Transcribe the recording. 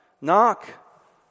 knock